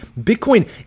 Bitcoin